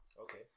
Okay